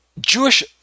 Jewish